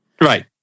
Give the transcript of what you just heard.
Right